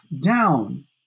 down